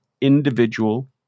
individual